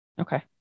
Okay